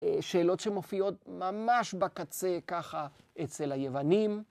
שאלות שמופיעות ממש בקצה ככה אצל היוונים.